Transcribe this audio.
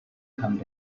come